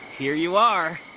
here you are.